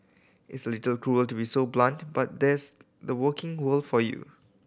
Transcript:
it's a little cruel to be so blunt but that's the working world for you